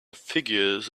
figures